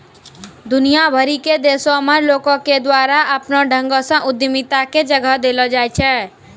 दुनिया भरि के देशो मे लोको के द्वारा अपनो ढंगो से उद्यमिता के जगह देलो जाय छै